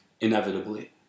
inevitably